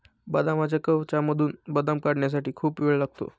बदामाच्या कवचामधून बदाम काढण्यासाठी खूप वेळ लागतो